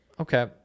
Okay